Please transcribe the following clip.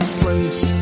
place